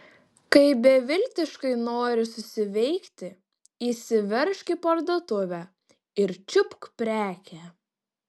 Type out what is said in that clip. kai beviltiškai nori susiveikti įsiveržk į parduotuvę ir čiupk prekę